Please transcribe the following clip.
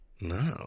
No